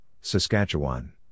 Saskatchewan